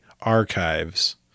archives